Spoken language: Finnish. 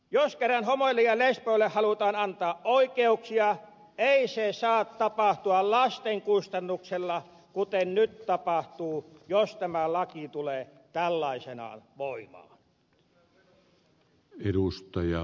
jos kerran homoille ja lesboille halutaan antaa oikeuksia ei se saa tapahtua lasten kustannuksella kuten nyt tapahtuu jos tämä laki tulee tällaisenaan voimaan